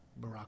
Barack